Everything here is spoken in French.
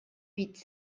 huit